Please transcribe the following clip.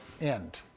end